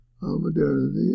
modernity